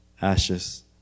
ashes